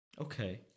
Okay